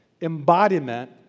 embodiment